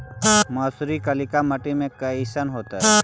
मसुरी कलिका मट्टी में कईसन होतै?